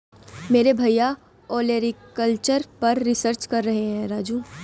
मेरे भैया ओलेरीकल्चर पर रिसर्च कर रहे हैं राजू